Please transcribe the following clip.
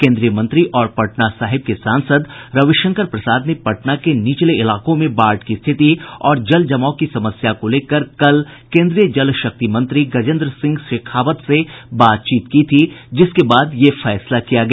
केन्द्रीय मंत्री और पटना साहिब के सांसद रविशंकर प्रसाद ने पटना के निचले इलाकों में बाढ़ की रिथति और जल जमाव की समस्या को लेकर कल केन्द्रीय जल शक्ति मंत्री गजेन्द्र सिंह शेखावत से बातचीत की थी जिसके बाद यह फैसला किया गया